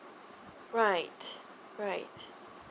right right